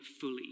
fully